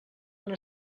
una